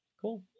Cool